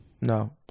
No